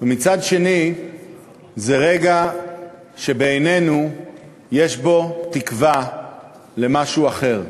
ומצד שני זה רגע שבעינינו יש בו תקווה למשהו אחר.